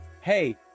hey